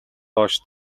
хойш